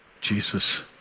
Jesus